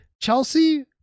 chelsea